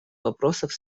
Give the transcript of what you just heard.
вопросов